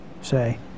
say